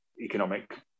economic